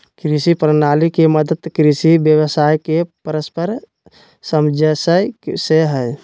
कृषि प्रणाली के मतलब कृषि व्यवसाय के परस्पर सामंजस्य से हइ